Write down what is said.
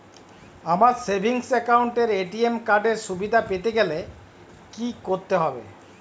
আমার savings account এ ATM card এর সুবিধা পেতে গেলে কি করতে হবে?